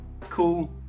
cool